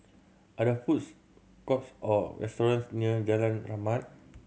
are there foods courts or restaurants near Jalan Rahmat